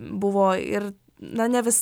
buvo ir na ne vis